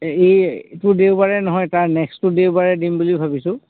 এই এইটো দেওবাৰে নহয় তাৰ নেক্সটটো দেওবাৰে দিম বুলি ভাবিছোঁ